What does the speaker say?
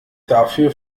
dafür